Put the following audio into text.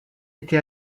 été